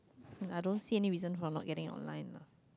I don't see any reason for not getting online lah